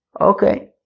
Okay